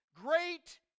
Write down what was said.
great